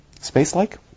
Space-like